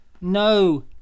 No